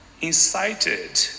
incited